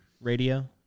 radio